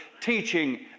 teaching